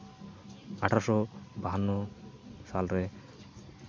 ᱟᱴᱷᱨᱚ ᱥᱚ ᱵᱟᱦᱟᱱᱱᱚ ᱥᱟᱞ ᱨᱮ